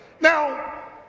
Now